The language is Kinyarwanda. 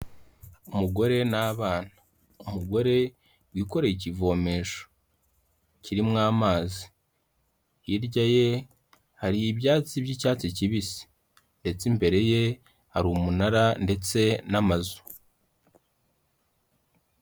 Umugore n'abana. Umugore wikoreye ikivomesho kirimwo amazi, hirya ye hari ibyatsi by'icyatsi kibisi ndetse imbere ye hari umunara ndetse n'amazu.